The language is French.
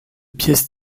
pièces